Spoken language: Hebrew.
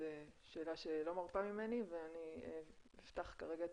זו שאלה שלא מרפה ממני ואני אפתח כרגע את